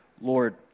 Lord